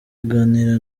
aganira